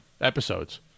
episodes